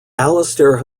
alastair